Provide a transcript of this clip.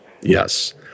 Yes